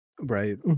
Right